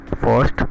first